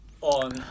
on